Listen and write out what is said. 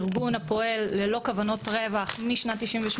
ארגון הפועל ללא כוונת רווח משנת 1998